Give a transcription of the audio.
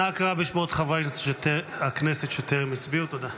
נא קרא בשמות חברי הכנסת שטרם הצביעו, תודה.